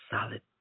solid